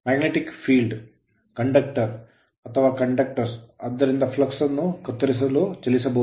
s magnetic field ಕಾಂತೀಯ ಕ್ಷೇತ್ರ b conductor ವಾಹಕ ಅಥವಾ conductors ವಾಹಕಗಳು ಆದ್ದರಿಂದ flux ಫ್ಲಕ್ಸ್ ಅನ್ನು ಕತ್ತರಿಸಲು ಚಲಿಸಬಹುದು